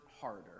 harder